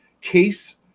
case